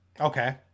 Okay